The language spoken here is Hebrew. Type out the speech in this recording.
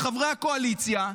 חברי הקואליציה,